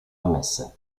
ammesse